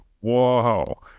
Whoa